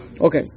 Okay